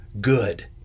good